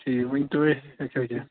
اچھا یہِ ؤنۍتَو اَسہِ